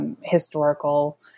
Historical